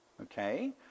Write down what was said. Okay